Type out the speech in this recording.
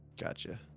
Gotcha